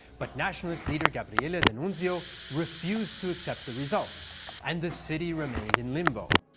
but nationalist leader gabriele d'annunzio refused to accept the results and the city remained in limbo.